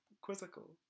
quizzical